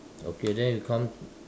okay then we come